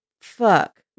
Fuck